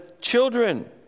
Children